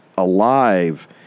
alive